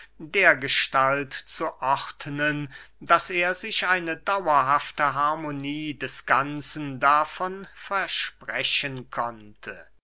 dergestalt zu ordnen daß er sich eine dauerhafte harmonie des ganzen davon versprechen konnte